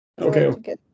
Okay